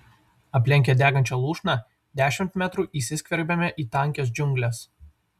aplenkę degančią lūšną dešimt metrų įsiskverbėme į tankias džiungles